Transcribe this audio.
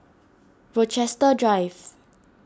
Rochester Drive